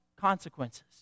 consequences